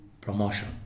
promotion